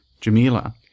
Jamila